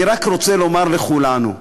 אני רק רוצה לומר לכולנו,